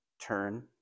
turn